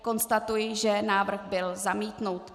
Konstatuji, že návrh byl zamítnut.